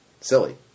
silly